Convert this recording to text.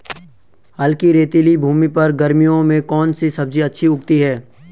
हल्की रेतीली भूमि पर गर्मियों में कौन सी सब्जी अच्छी उगती है?